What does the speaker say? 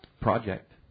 project